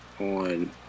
on